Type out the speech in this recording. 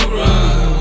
run